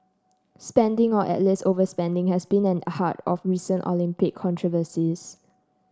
spending or at least overspending has been at the heart of recent Olympic controversies